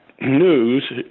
news